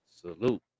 Salute